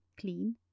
clean